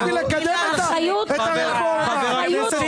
--- חבר הכנסת